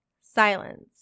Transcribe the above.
Silence